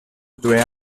due